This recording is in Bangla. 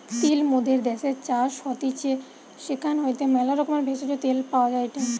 তিল মোদের দ্যাশের চাষ হতিছে সেখান হইতে ম্যালা রকমের ভেষজ, তেল পাওয়া যায়টে